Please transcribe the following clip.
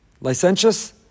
licentious